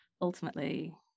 ultimately